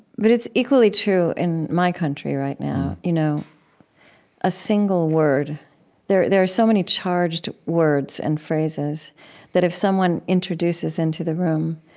but it's equally true in my country right now. you know a single word there there are so many charged words and phrases that if someone introduces into the room,